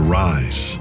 rise